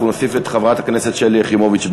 אנחנו נוסיף את חברת הכנסת שלי יחימוביץ,